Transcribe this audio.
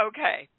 Okay